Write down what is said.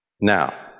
Now